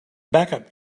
backup